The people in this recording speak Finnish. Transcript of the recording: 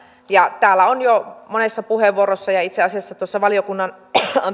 ja täällä on jo monessa puheenvuorossa ja itse asiassa tuossa valiokunnan